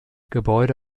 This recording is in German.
gebäude